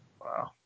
Wow